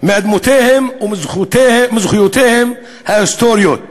מאדמותיהם ומזכויותיהם ההיסטוריות בקרקע?